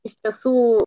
iš tiesų